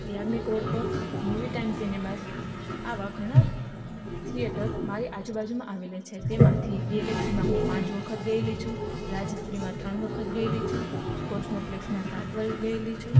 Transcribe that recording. Yagnik road પર movie time cinemas આવાં ઘણાં થિએટર મારી આજુબાજુમાં આવેલા છે તેમાંથી ગેલેક્સીમાં હું પાંચ વખત ગયેલી છું રાજશ્રીમાં ત્રણ વખત ગયેલી છું કોસ્મોપ્લેક્સમાં સાત વાર ગયેલી છું